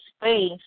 space